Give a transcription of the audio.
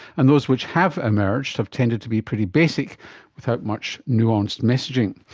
and those which have emerged have tended to be pretty basic without much nuanced messaging.